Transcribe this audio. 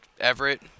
everett